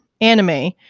anime